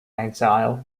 exile